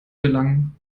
gelangen